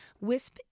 wisp